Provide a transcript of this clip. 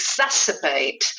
exacerbate